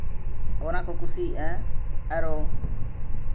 ᱚᱱᱟ ᱠᱚ ᱠᱩᱥᱤᱭᱟᱜᱼᱟ ᱟᱨᱚ